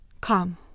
come